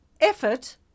effort